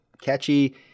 catchy